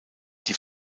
die